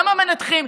גם המנתחים,